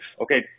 okay